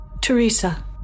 Teresa